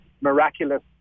miraculous